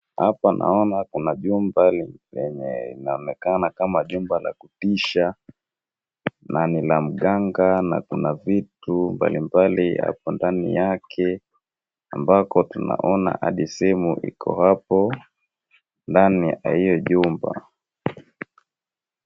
Hapa naona kuna jumba lenye inaonekana kama jumba la kutisha na ni la mganga na kuna vitu mbalimbali hapo ndani yake ambako tunaona hadi simu iko hapo ndani ya hio jumba.